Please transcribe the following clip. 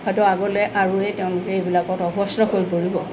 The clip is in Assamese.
হয়টো আগলৈ আৰুৱে তেওঁলোকে এইবিলাকত অভ্য়স্ত হৈ পৰিব